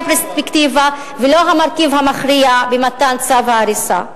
הפרספקטיבה והמרכיב המכריע במתן צו ההריסה.